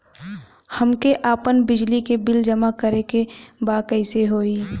हमके आपन बिजली के बिल जमा करे के बा कैसे होई?